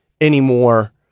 anymore